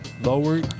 Lower